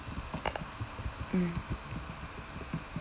um